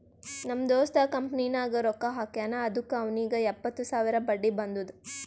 ನಮ್ ದೋಸ್ತ ಕಂಪನಿನಾಗ್ ರೊಕ್ಕಾ ಹಾಕ್ಯಾನ್ ಅದುಕ್ಕ ಅವ್ನಿಗ್ ಎಪ್ಪತ್ತು ಸಾವಿರ ಬಡ್ಡಿ ಬಂದುದ್